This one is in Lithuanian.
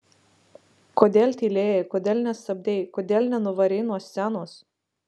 kodėl tylėjai kodėl nestabdei kodėl nenuvarei nuo scenos